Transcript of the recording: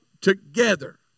together